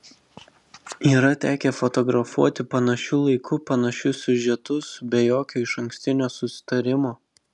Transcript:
yra tekę fotografuoti panašiu laiku panašius siužetus be jokio išankstinio susitarimo